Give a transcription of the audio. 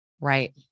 Right